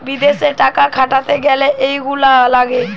বিদেশে টাকা খাটাতে গ্যালে এইগুলা লাগে